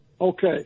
Okay